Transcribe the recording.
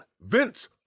vince